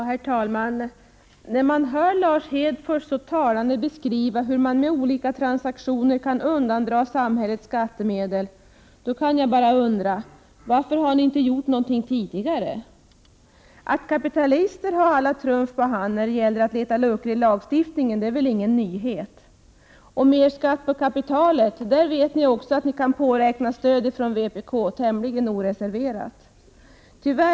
Herr talman! När man hör Lars Hedfors så målande beskriva hur man med olika transaktioner kan undandra samhället skattemedel undrar jag varför man inte har gjort någonting tidigare. Att kapitalister har alla trumf på hand när det gäller att hitta luckor i lagstiftningen är väl ingen nyhet. Ni vet också att ni tämligen oreserverat kan påräkna stöd från vpk när det gäller mer skatt på kapitalet.